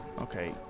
Okay